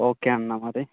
okay అన్న మరి